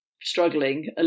struggling